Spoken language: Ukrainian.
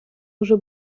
уже